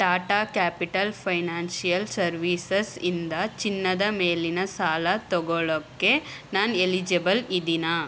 Tata Capital Financial Services ಇಂದ ಚಿನ್ನದ ಮೇಲಿನ ಸಾಲ ತಗೊಳ್ಳೋಕ್ಕೆ ನಾನು ಎಲಿಜಿಬಲ್ ಇದ್ದೀನಾ